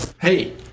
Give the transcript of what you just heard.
Hey